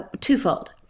twofold